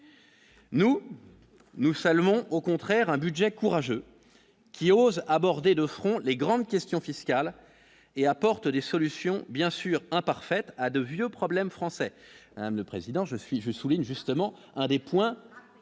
Nous nous saluons au contraire un budget courageux qui ose aborder de front les grandes questions fiscales et apporte des solutions bien sûr imparfaite à de vieux problèmes français, M. le Président, je suis, je souligne justement un des points,